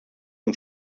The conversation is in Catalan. amb